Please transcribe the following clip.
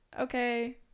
Okay